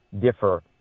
differ